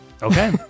Okay